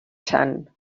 sant